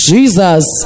Jesus